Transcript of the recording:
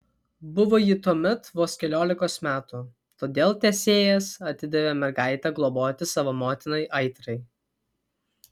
buvo ji tuomet vos keliolikos metų todėl tesėjas atidavė mergaitę globoti savo motinai aitrai